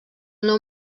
nou